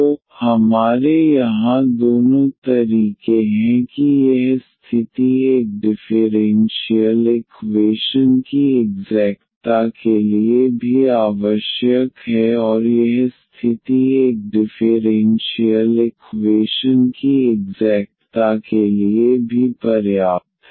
तो हमारे यहां दोनों तरीके हैं कि यह स्थिति एक डिफ़ेरेन्शियल इक्वेशन की इग्ज़ैक्टता के लिए भी आवश्यक है और यह स्थिति एक डिफ़ेरेन्शियल इक्वेशन की इग्ज़ैक्टता के लिए भी पर्याप्त है